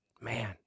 man